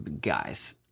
guys